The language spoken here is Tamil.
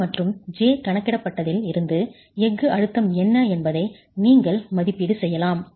kd மற்றும் j கணக்கிடப்பட்டதில் இருந்து எஃகு அழுத்தம் என்ன என்பதை நீங்கள் மதிப்பீடு செய்யலாம்